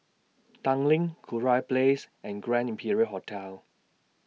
Tanglin Kurau Place and Grand Imperial Hotel